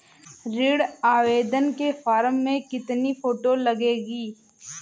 ऋण आवेदन के फॉर्म में कितनी फोटो लगेंगी?